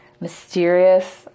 mysterious